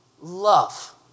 love